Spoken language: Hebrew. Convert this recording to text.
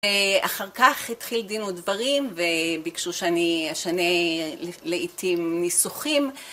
אחר כך התחיל דין ודברים וביקשו שאני אשנה לעתים ניסוחים.